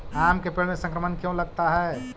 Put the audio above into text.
आम के पेड़ में संक्रमण क्यों लगता है?